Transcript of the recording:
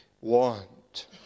want